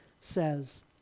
says